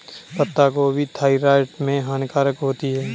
पत्ता गोभी थायराइड में हानिकारक होती है